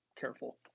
careful